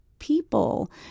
people